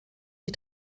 die